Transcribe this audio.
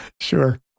sure